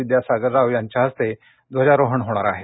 विद्यासागर राव यांच्या हस्ते ध्वजारोहण होणार आहे